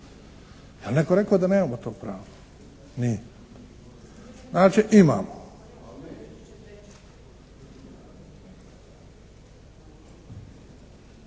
netko rekao da nemamo to pravo? Nije. Znači imamo.